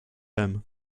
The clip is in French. aimes